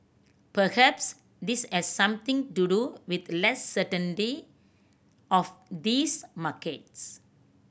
perhaps this has something to do with less certainty of these markets